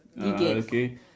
Okay